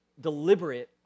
deliberate